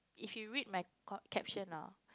if you read my co~ caption ah